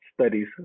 studies